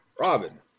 Robin